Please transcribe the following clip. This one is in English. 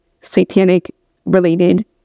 satanic-related